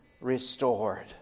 restored